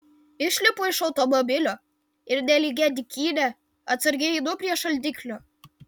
išlipu iš automobilio ir nelygia dykyne atsargiai einu prie šaldiklio